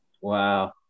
Wow